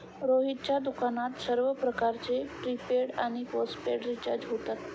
रोहितच्या दुकानात सर्व प्रकारचे प्रीपेड आणि पोस्टपेड रिचार्ज होतात